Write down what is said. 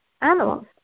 animals